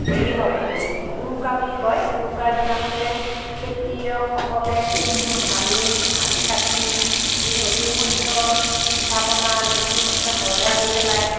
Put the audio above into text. হেৰি হয় এই উৰুকা বুলি কয় উৰুকাৰ দিনাখনে খেতিয়কসকলে খেতিৰ ধান আদি কাটি যি নতুন শস্যৰ পিঠা পনা নতুন শস্য ঘৰলৈ আনি পেলাই